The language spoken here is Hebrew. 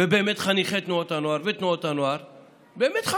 ובאמת חניכי תנועות הנוער ותנועות הנוער חששו.